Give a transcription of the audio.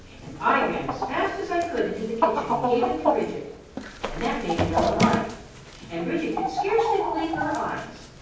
and i ran as fast as i could into the kitchen and gave it to bridget and that made it all right and bridget could scarcely believe her eyes.